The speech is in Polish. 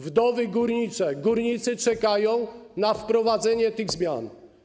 Wdowy górnicze, górnicy czekają na wprowadzenie tych zmian.